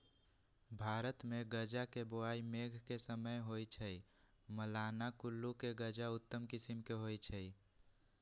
भारतमे गजा के बोआइ मेघ के समय होइ छइ, मलाना कुल्लू के गजा उत्तम किसिम के होइ छइ